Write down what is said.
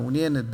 מעוניינת,